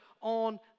on